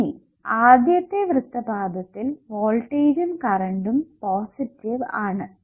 ഇനി ആദ്യത്തെ വൃത്തപാദത്തിൽ വോൾട്ടേജ്ജും കറണ്ടും പോസിറ്റിവ് ആണ്